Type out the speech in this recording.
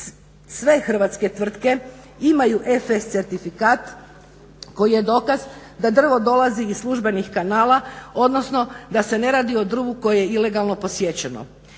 Sve hrvatske tvrtke imaju FS certifikat koji je dokaz da drvo dolazi iz službenih kanala, odnosno da se ne radi o drvu koje je ilegalno posjećeno.